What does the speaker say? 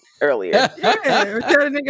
earlier